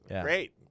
Great